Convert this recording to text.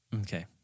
Okay